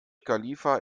khalifa